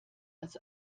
als